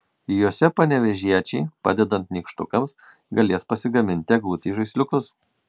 jose panevėžiečiai padedant nykštukams galės pasigaminti eglutei žaisliukus